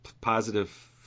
positive